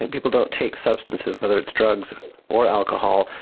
people don't take substances, whether it's drugs or alcohol,